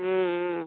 ம் ம்